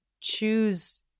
choose